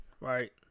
right